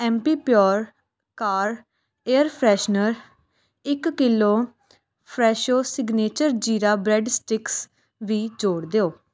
Ambi Pur car air freshener ਇੱਕ kilo ਫਰੈਸ਼ੋ signature ਜੀਰਾ ਬਰੈੱਡ ਸਟਿਕਸ ਵੀ ਜੋੜ ਦਿਓ